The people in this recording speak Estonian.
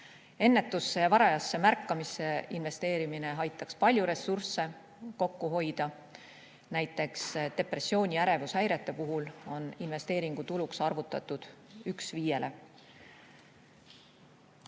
Ennetusse ja varajasse märkamisse investeerimine aitaks palju ressursse kokku hoida. Näiteks depressiooni ja ärevushäirete puhul on investeeringutuluks arvutatud